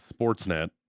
Sportsnet